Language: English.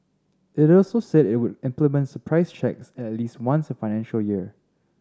it also said it would implement surprise checks at least once a financial year